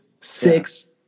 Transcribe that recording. Six